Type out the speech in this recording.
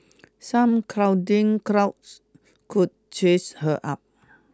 some cuddling could chase her up